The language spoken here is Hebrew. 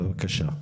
בבקשה.